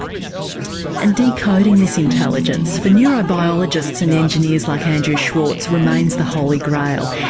and decoding this intelligence for neurobiologists and engineers like andrew schwartz remains the holy grail.